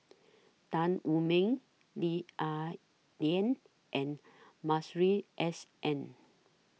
Tan Wu Meng Lee Ah Lian and Masuri S N